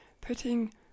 putting